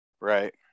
Right